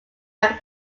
are